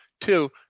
two